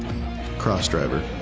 cross driver